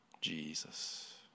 Jesus